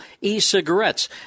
e-cigarettes